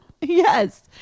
Yes